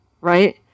Right